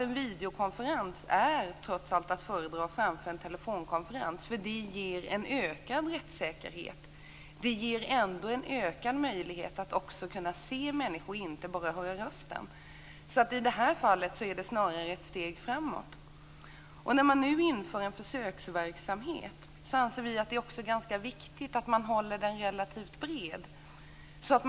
En videokonferens är att föredra framför en telefonkonferens. Det ger en ökad rättssäkerhet. Det ger en ökad möjlighet att kunna se människor, inte bara höra rösten. I det här fallet är förslaget snarare ett steg framåt. Vi anser att det skall vara en bred försöksverksamhet.